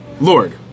Lord